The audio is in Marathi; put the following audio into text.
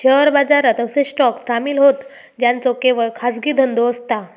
शेअर बाजारात असे स्टॉक सामील होतं ज्यांचो केवळ खाजगी धंदो असता